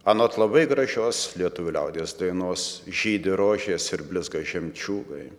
anot labai gražios lietuvių liaudies dainos žydi rožės ir blizga žemčiūgai